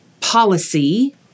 policy